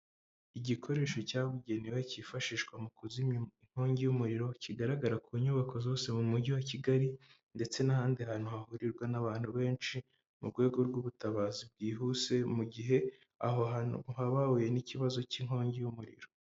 Igikoresho cyabugenewe cyifashishwa mu kuzimya inkongi y'umuriro kigaragara ku nyubako zose mu mujyi wa Kigali ndetse n'ahandi hantu hahurirwa n'abantu benshi mu rwego rw'ubutabazi bwihuse mu gihe aho hantu haba hahuye n'ikibazo cy'inkongi y'umuriro.